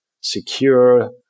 secure